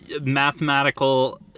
mathematical